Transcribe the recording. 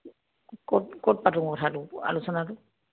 ক'ত ক'ত পাতো কথাটো আলোচনাটো